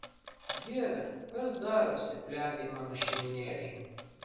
dieve kas darosi plepiai mano šeimynėlei